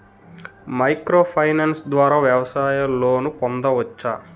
Micro finance ద్వారా వ్యవసాయ loan పొందవచ్చా?